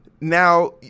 Now